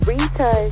Rita